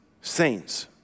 Saints